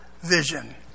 vision